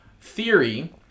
theory